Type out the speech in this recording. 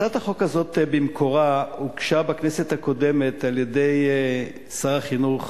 הצעת החוק הזאת במקורה הוגשה בכנסת הקודמת על-ידי שר החינוך